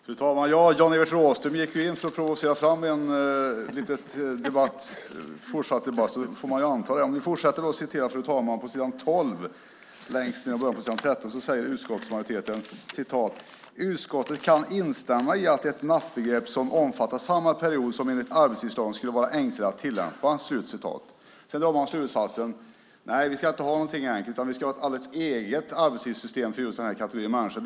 Fru talman! Jan-Evert Rådhström gick in för att provocera fram en fortsatt debatt, och då får man lov att anta den utmaningen. Låt mig fortsätta att citera på s. 12 längst ned och i början på s. 13. Där säger utskottsmajoriteten: "Utskottet kan instämma i att ett nattbegrepp som omfattar samma period som enligt arbetstidslagen skulle vara enklare att tillämpa." Sedan drar man slutsatsen att vi inte ska ha något enkelt, utan vi ska ha ett alldeles eget arbetstidssystem för just den här kategorin människor.